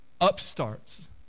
upstarts